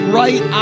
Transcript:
right